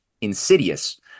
insidious